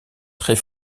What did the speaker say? très